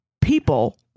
people